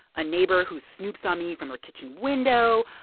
a neighbor who snoops on me from her kitchen window,